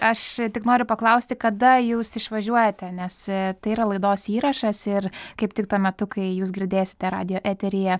aš tik noriu paklausti kada jūs išvažiuojate nes tai yra laidos įrašas ir kaip tik tuo metu kai jūs girdėsite radijo eteryje